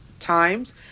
times